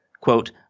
Quote